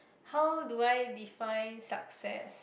how do I define success